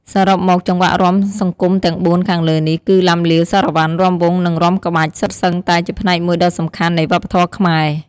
សរុបមក ចង្វាក់រាំសង្គមទាំងបួនខាងលើនេះ គឺ ឡាំលាវ សារ៉ាវ៉ាន់ រាំវង់ និងរាំក្បាច់ សុទ្ធសឹងតែជាផ្នែកមួយដ៏សំខាន់នៃវប្បធម៌ខ្មែរ